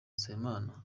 nsabimana